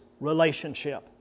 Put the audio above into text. relationship